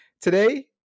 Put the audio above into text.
Today